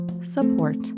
support